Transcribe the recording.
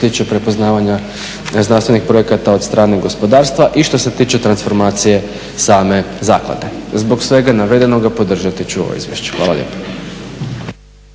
tiče prepoznavanja znanstvenih projekata od strane gospodarstva i što se tiče transformacije same zaklade. Zbog svega navedenoga podržati ću ovo izvješće. Hvala lijepa.